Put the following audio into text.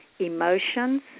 emotions